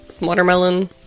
watermelon